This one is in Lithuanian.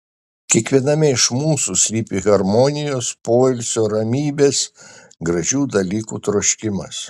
kiekviename iš mūsų slypi harmonijos poilsio ramybės gražių dalykų troškimas